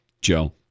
Joe